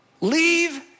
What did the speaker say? Leave